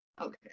okay